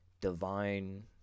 divine